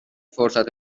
فرصت